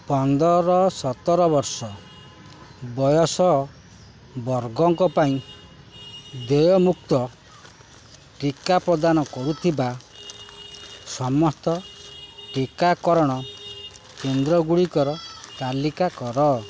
ପନ୍ଦର ସତର ବର୍ଷ ବୟସ ବର୍ଗଙ୍କ ପାଇଁ ଦେୟଯୁକ୍ତ ଟିକା ପ୍ରଦାନ କରୁଥିବା ସମସ୍ତ ଟିକାକରଣ କେନ୍ଦ୍ର ଗୁଡ଼ିକର ତାଲିକା କର